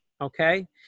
Okay